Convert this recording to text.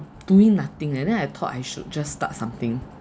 doing nothing and then I thought I should just start something